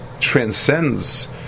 transcends